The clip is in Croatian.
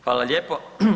Hvala lijepo.